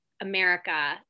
America